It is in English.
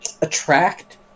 Attract